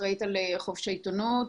אחראית על חופש העיתונות.